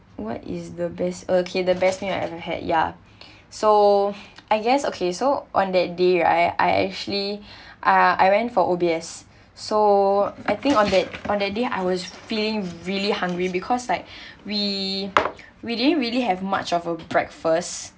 what is the best okay the best meal I ever had ya so I guess okay so on that day right I actually uh I went for O_B_S so I think on that on that day I was feeling really hungry because like we we didn't really have much of uh breakfast